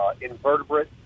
invertebrate